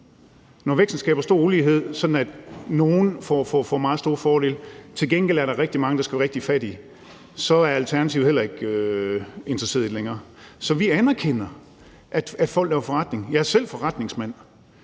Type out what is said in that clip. Når væksten skaber stor ulighed, sådan at nogle får meget store fordele, og der til gengæld er rigtig mange, der skal være rigtig fattige, så er Alternativet heller ikke interesseret i det længere. Så vi anerkender, at folk laver forretning. Jeg er selv forretningsmand.